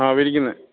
ആ വിരിക്കുന്നത്